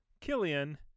Killian